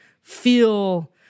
feel